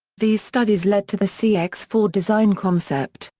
these studies led to the cx four design concept,